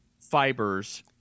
fibers